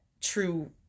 true